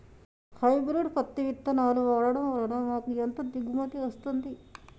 Hybrid పత్తి విత్తనాలు వాడడం వలన మాకు ఎంత దిగుమతి వస్తుంది?